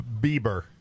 Bieber